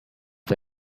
the